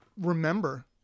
remember